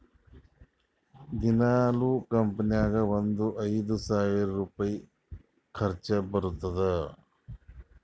ದಿನಾಲೂ ಕಂಪನಿ ನಾಗ್ ಒಂದ್ ಐಯ್ದ ಸಾವಿರ್ ರುಪಾಯಿ ಖರ್ಚಾ ಬರ್ತುದ್